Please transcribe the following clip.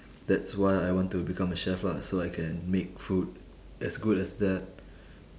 that's why I want to become a chef lah so I can make food as good as that